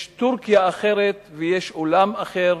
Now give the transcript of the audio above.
יש טורקיה אחרת ויש עולם אחר,